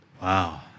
Wow